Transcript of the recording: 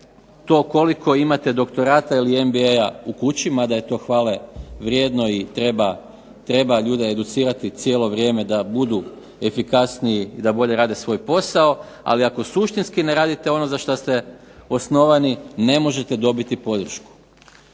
to koliko imate doktorata ili MBA u kući mada je to hvale vrijedno i treba ljude educirati da budu efikasniji i da bolje rade svoj posao, ali ako suštinski ne radite ono za što ste osnovani ne možete dobiti podršku.